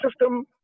system